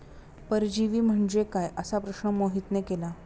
परजीवी म्हणजे काय? असा प्रश्न मोहितने केला